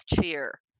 cheer